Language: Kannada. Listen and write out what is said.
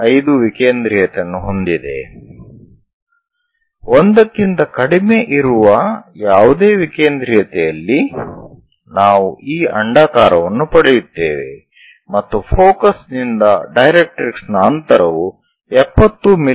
75 ವಿಕೇಂದ್ರೀಯತೆಯನ್ನು ಹೊಂದಿದೆ 1 ಕ್ಕಿಂತ ಕಡಿಮೆ ಇರುವ ಯಾವುದೇ ವಿಕೇಂದ್ರೀಯತೆಯಲ್ಲಿ ನಾವು ಈ ಅಂಡಾಕಾರ ವನ್ನು ಪಡೆಯುತ್ತೇವೆ ಮತ್ತು ಫೋಕಸ್ ನಿಂದ ಡೈರೆಕ್ಟ್ರಿಕ್ಸ್ ನ ಅಂತರವು 70 ಮಿ